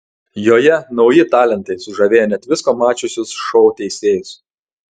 joje nauji talentai sužavėję net visko mačiusius šou teisėjus